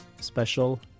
Special